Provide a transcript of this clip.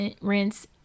rinse